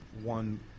one